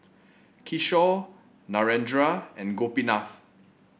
Kishore Narendra and Gopinath